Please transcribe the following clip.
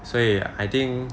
所以 I think